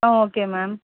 ah okay ma'am